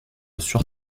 sur